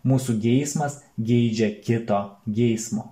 mūsų geismas geidžia kito geismo